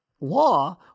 law